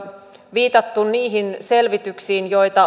viitattu niihin selvityksiin joita